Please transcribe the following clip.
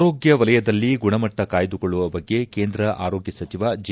ಆರೋಗ್ಯ ವಲಯದಲ್ಲಿ ಗುಣಮಟ್ಟ ಕಾಯ್ದುಕೊಳ್ಳುವ ಬಗ್ಗೆ ಕೇಂದ್ರ ಆರೋಗ್ಯ ಸಚಿವ ಜೆ